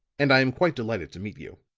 and i am quite delighted to meet you.